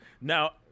Now